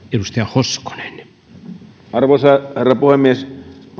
arvoisa herra puhemies